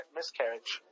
miscarriage